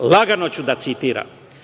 „Ja sam,